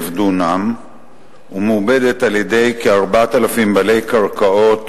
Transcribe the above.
דונם ומעובדת על-ידי כ-4,000 בעלי קרקעות,